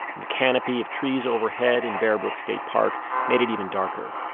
the canopy of trees overhead in bear brook state park made it even darker.